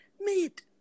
meat